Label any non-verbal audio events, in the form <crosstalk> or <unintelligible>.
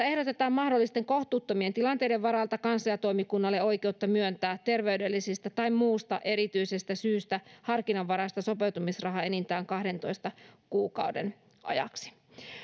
<unintelligible> ehdotetaan mahdollisten kohtuuttomien tilanteiden varalta kansliatoimikunnalle oikeutta myöntää terveydellisestä tai muusta erityisestä syystä harkinnanvaraista sopeutumisrahaa enintään kahdentoista kuukauden ajaksi